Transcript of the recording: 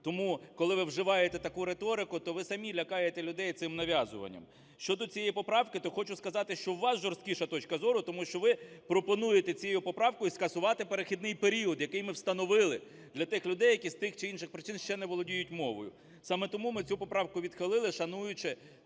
Тому, коли ви вживаєте таку риторику, то ви самі лякаєте людей цим нав'язуванням. Щодо цієї поправки, то хочу сказати, що у вас жорсткіша точка зору, тому що ви пропонуєте цією поправкою скасувати перехідний період, який ми встановили для тих людей, які з тих чи інших причин ще не володіють мовою. Саме тому ми цю поправку відхилили, шануючи